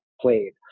played